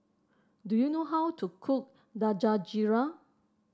do you know how to cook Dangojiru